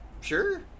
Sure